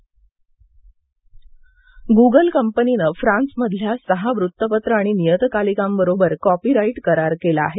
Google करार Google कंपनीनं फ्रान्समधल्या सहा वृत्तपत्र आणि नियतकालिकांबरोबर कॉपीराईट करार केला आहे